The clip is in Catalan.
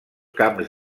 camps